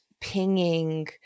pinging